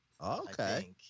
okay